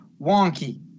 wonky